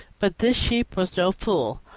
but this sheep was no fool.